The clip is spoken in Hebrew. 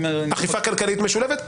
אכיפה כלכלית משולבת.